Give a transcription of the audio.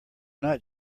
not